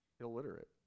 illiterate